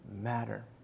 matter